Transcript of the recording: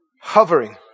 hovering